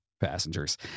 Passengers